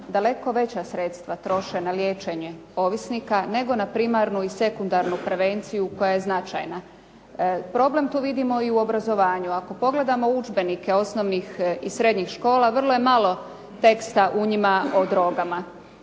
daleko veća sredstva troše na liječenje ovisnika nego na primarnu i sekundarnu prevenciju koja je značajna. Problem tu vidimo i u obrazovanju. Ako pogledamo udžbenike osnovnih i srednjih škola, vrlo je malo teksta u njima o drogama.